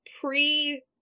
pre